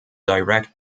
direct